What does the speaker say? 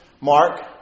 mark